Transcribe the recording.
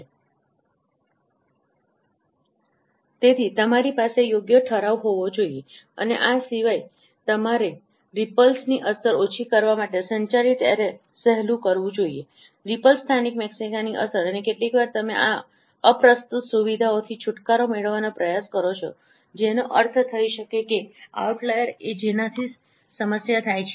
સ્લાઇડનો સંદર્ભ સમય 2138 તેથી તમારી પાસે યોગ્ય ઠરાવ હોવો જોઈએ અને આ સિવાય તમારે રિપલ્સની અસર ઓછી કરવા માટે સંચારિત એરે સહેલું કરવું જોઈએ રિપલ્સ સ્થાનિક મેક્સિમાની અસર અને કેટલીકવાર તમે અપ્રસ્તુત સુવિધાઓથી છૂટકારો મેળવવાનો પ્રયાસ કરો છો જેનો અર્થ થઈ શકે છે આઉટલાઈર એ જેનાથી સમસ્યા થાય છે